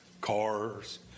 Cars